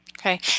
Okay